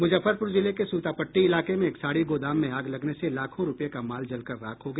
मूजफ्फरपूर जिले के सूतापट़टी इलाके में एक साड़ी गोदाम में आग लगने से लाखों रूपये का माल जलकर राख हो गया